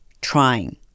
trying